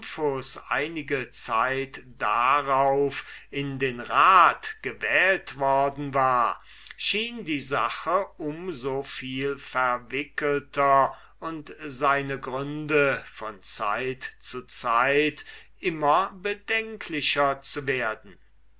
einige zeit darauf in den rat gewählt worden war schien die sache um so viel verwickelter und seine gründe von zeit zu zeit immer bedenklicher zu werden